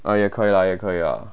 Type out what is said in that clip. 啊也可以啦也可以啊